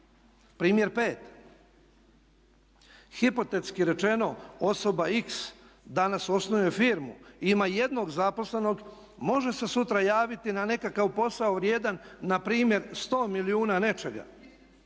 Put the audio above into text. Primjer 5, hipotetski rečeno osoba X danas osnuje firmu, ima jednog zaposlenog, može se sutra javiti na nekakav posao vrijedan npr. 100 milijuna nečega